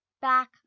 back